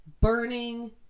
burning